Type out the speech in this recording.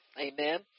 Amen